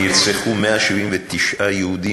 נרצחו 179 יהודים.